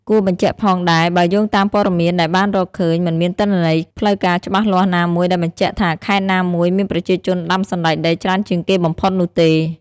គួបញ្ជាក់ផងដែ បើយោងតាមព័ត៌មានដែលបានរកឃើញ មិនមានទិន្នន័យផ្លូវការច្បាស់លាស់ណាមួយដែលបញ្ជាក់ថាខេត្តណាមួយមានប្រជាជនដាំសណ្តែកដីច្រើនជាងគេបំផុតនោះទេ។